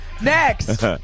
Next